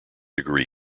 degree